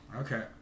Okay